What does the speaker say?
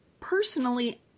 Personally